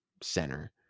center